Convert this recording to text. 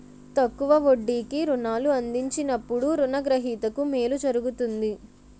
తక్కువ వడ్డీకి రుణాలు అందించినప్పుడు రుణ గ్రహీతకు మేలు జరుగుతుంది